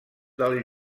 del